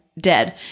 dead